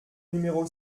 numéro